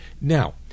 now